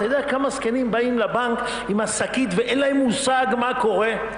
אתה יודע כמה זקנים באים לבנק עם השקית ואין להם מושג מה קורה?